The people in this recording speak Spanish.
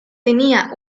tenía